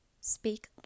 speak